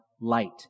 light